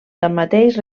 tanmateix